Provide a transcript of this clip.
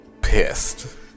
Pissed